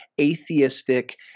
atheistic